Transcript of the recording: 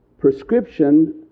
prescription